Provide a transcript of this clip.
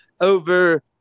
over